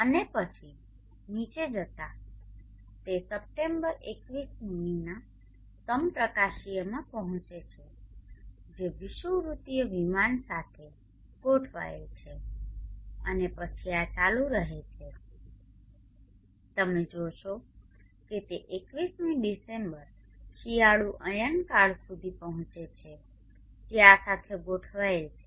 અને પછી નીચે જતા તે સપ્ટેમ્બર 21 મી ના સમપ્રકાશીયમાં પહોંચે છે જે વિષુવવૃત્તીય વિમાન સાથે ગોઠવાયેલ છે અને પછી આ ચાલુ રહે છે તમે જોશો કે તે 21 મી ડિસેમ્બર શિયાળુ અયનકાળ સુધી પહોંચે છે જે આ સાથે ગોઠવાયેલ છે